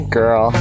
girl